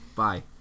Bye